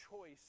choice